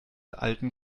alten